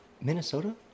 Minnesota